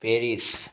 Paris